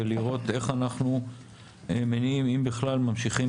ולראות איך אנחנו מניעים אם בכלל ממשיכים